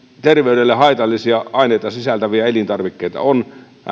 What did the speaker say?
terveydelle haitallisia aineita sisältäviä elintarvikkeita on